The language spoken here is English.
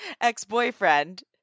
ex-boyfriend